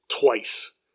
twice